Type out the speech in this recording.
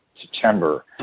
September